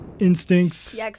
Instincts